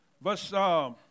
verse